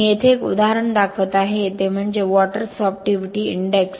मी येथे एक उदाहरण दाखवत आहे ते म्हणजे वॉटर सॉर्प्टिव्हिटी इंडेक्स